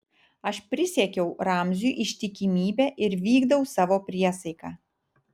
aš prisiekiau ramziui ištikimybę ir vykdau savo priesaiką